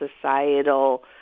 societal